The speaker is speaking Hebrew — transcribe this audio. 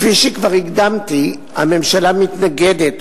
כפי שכבר הקדמתי, הממשלה מתנגדת